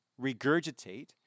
regurgitate